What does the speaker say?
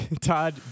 todd